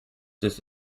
this